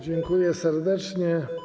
Dziękuję serdecznie.